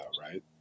right